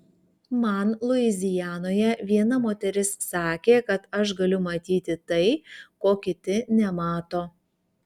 man luizianoje viena moteris sakė kad aš galiu matyti tai ko kiti nemato